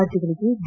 ರಾಜ್ಯಗಳಿಗೆ ಡಿ